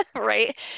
right